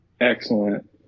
excellent